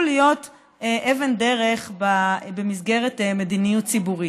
להיות אבן דרך במסגרת מדיניות ציבורית.